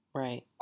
right